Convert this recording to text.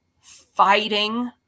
fighting